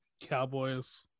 Cowboys